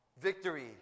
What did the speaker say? victory